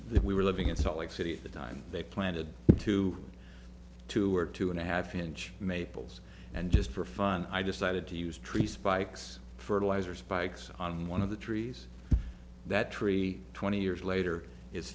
we were living in salt lake city at the time they planted two two or two and a half inch maples and just for fun i decided to use tree spikes fertilizer spikes on one of the trees that tree twenty years later i